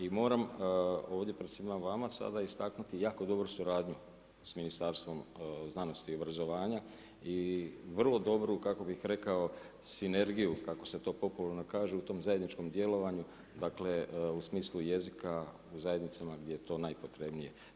I moram ovdje pred svima vama sad istaknuti jako dobru suradnju s Ministarstvom znanosti i obrazovanja i vrlo dobru, kako bi rekao sinergiju kako se to popularno kaže u tom zajedničkom djelovanju, dakle, u smislu jezika u zajednicama gdje je to najpotrebnije.